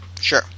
Sure